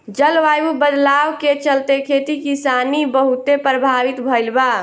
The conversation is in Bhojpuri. जलवायु बदलाव के चलते, खेती किसानी बहुते प्रभावित भईल बा